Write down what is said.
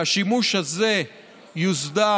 השימוש הזה יוסדר